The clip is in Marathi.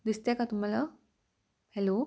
दिसते का तुम्हाला हॅलो